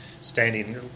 standing